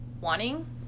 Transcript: wanting